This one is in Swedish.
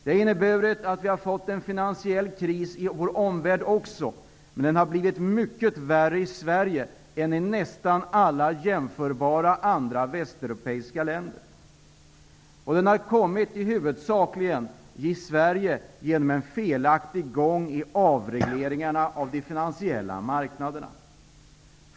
Det har inneburit att vi har fått en finansiell kris i vår omvärld också, men den har blivit mycket värre i Sverige än i nästan alla jämförbara västeuropeiska länder. Den har vi huvudsakligen fått genom en felaktig gång när det gäller avregleringarna på de finansiella marknaderna i Sverige.